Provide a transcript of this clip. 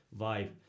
vibe